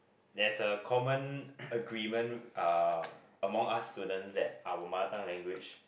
there's a common agreement uh among us students that our mother tongue language